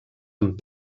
amb